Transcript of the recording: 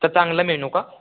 तर चांगलं मेनू का